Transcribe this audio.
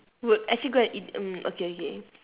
would actually go and eat mm okay okay